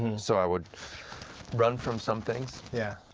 so i would run from some things. yeah.